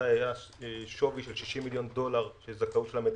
היה שווי של 60 מיליון דולר של זכאות של המדינה,